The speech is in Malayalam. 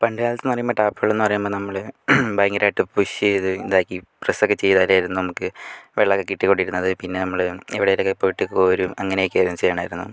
പണ്ട് കാലത്ത് എന്ന് പറയുമ്പോൾ ടാപ്പുകൾ എന്ന് പറയുമ്പോൾ നമ്മള് ഭയങ്കരായിട്ട് പുഷ് ചെയ്ത് ഇതാക്കി പ്രസ്സൊക്കെ ചെയ്താലെ നമുക്ക് വെള്ളമൊക്കെ കിട്ടി കൊണ്ടിരുന്നത് പിന്നെ നമ്മള് എവിടെയെങ്കിലൊക്കെ പോയിട്ട് കോരും അങ്ങനെയൊക്കെയായിരുന്നു ചെയ്തോണ്ടിരുന്നത്